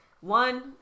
one